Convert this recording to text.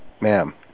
Ma'am